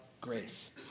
grace